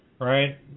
right